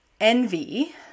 envy